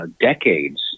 decades